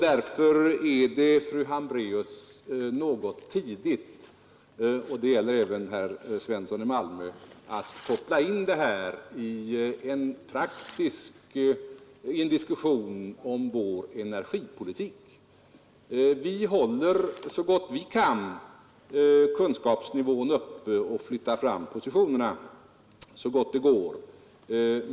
Därför är det, fru Hambraeus och herr Svensson i Malmö, något tidigt att koppla in denna forskningsfråga i en diskussion om vår energipolitik. Vi håller så gott vi kan kunskapsnivån uppe och flyttar fram positionerna undan för undan.